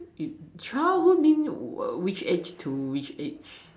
it childhood means which age to which age